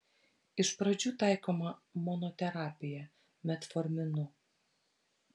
iš pradžių taikoma monoterapija metforminu